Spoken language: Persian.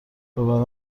ببرم